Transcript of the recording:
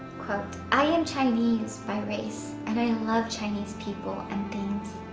quote, i am chinese by race and i love chinese people and things.